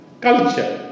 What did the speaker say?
culture